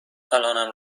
الانم